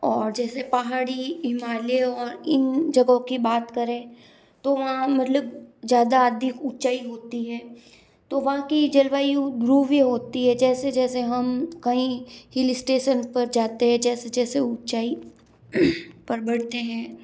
और जैसे पहाड़ी हिमालय और इन जगहों की बात करें तो वहाँ मतलब ज़्यादा अधिक ऊँचाई होती है तो वहाँ की जलवायु ध्रुवी होती है जैसे जैसे हम कहीं हिल स्टेशन पर जातें है जैसे जैसे ऊँचाई पर बढ़ते हैं